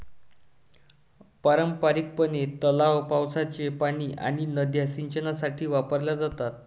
पारंपारिकपणे, तलाव, पावसाचे पाणी आणि नद्या सिंचनासाठी वापरल्या जातात